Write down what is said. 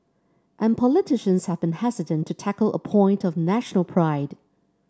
and politicians have been hesitant to tackle a point of national pride